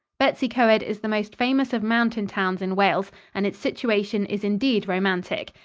bettws-y-coed is the most famous of mountain towns in wales, and its situation is indeed romantic.